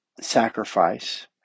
sacrifice